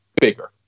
bigger